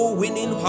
winning